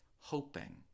hoping